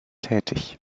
tätig